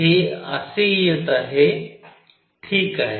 हे असे येत आहे ठीक आहे